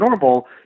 normal